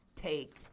take